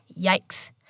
Yikes